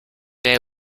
day